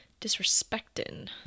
Disrespectin